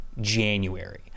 January